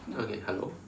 okay hello